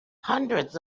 hundreds